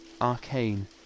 arcane